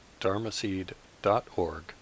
dharmaseed.org